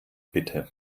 bitte